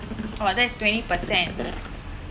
oh that is twenty percent